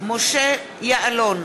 משה יעלון,